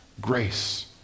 grace